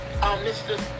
Mr